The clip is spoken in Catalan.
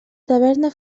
taverna